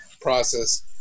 process